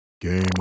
Game